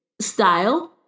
style